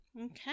Okay